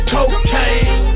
Cocaine